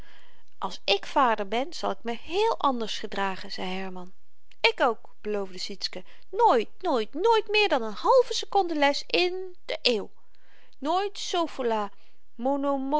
als ik vader ben zal ik me heel anders gedragen zei herman ik ook beloofde sietske nooit nooit nooit meer dan n halve sekonde les in de eeuw nooit